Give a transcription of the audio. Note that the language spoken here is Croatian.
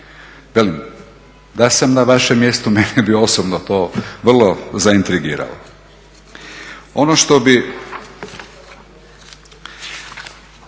da sam na vašem mjestu mene bi osobno to vrlo zaintrigiralo. Ono što bih